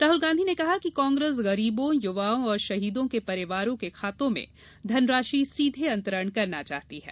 राहुल गांधी ने कहा कि कांग्रेस गरीबों युवाओं और शहीदों के परिवारों के खातों में धनराशि सीधे अंतरण करना चाहती है